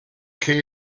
key